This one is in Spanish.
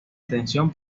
atención